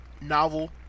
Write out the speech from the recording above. novel